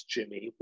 Jimmy